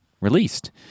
released